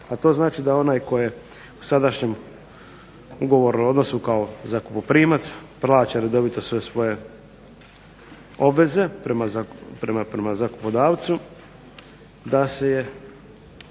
a to znači da onaj tko je u sadašnjem ugovoru u odnosu kao zakupoprimac plaća redovito sve svoje obveze prema zakupodavcu, da se može